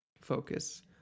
focus